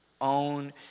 own